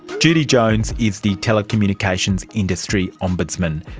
judi jones is the telecommunications industry ombudsman.